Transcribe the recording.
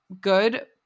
good